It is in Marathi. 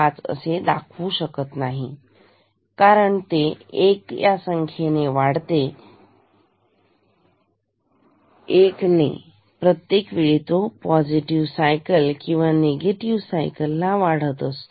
5 असे दाखवू शकत नाही कारण एक संख्ये 1 ने वाढतो एक ने आणि प्रत्येक वेळी तो पॉझिटिव्ह सायकल किंवा निगेटिव्ह सायकल ला वाढत असतो